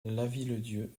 lavilledieu